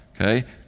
okay